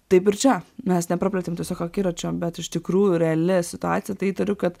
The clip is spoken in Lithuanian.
taip ir čia mes nepraplėtėm tiesiog akiračio bet iš tikrųjų reali situacija tai įtariu kad